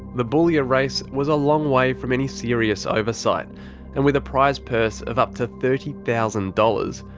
the boulia race was a long way from any serious oversight and with a prize purse of up to thirty thousand dollars,